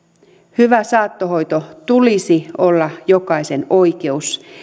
hyvä saattohoito tulisi olla jokaisen oikeus